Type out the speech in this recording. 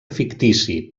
fictici